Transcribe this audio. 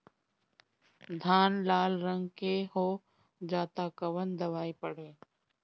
धान लाल रंग के हो जाता कवन दवाई पढ़े?